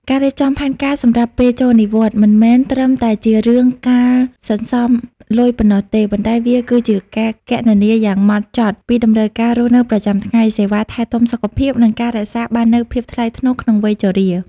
ការរៀបចំផែនការសម្រាប់ពេលចូលនិវត្តន៍មិនមែនត្រឹមតែជារឿងការសន្សំលុយប៉ុណ្ណោះទេ ប៉ុន្តែវាគឺជាការគណនាយ៉ាងម៉ត់ចត់ពីតម្រូវការរស់នៅប្រចាំថ្ងៃ សេវាថែទាំសុខភាព និងការរក្សាបាននូវភាពថ្លៃថ្នូរក្នុងវ័យជរា។